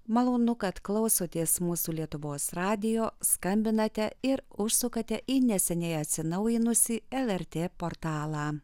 malonu kad klausotės mūsų lietuvos radijo skambinate ir užsukate į neseniai atsinaujinusi lrt portalą